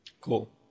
Cool